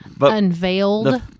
unveiled